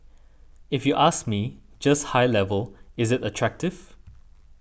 if you ask me just high level is it attractive